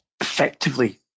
effectively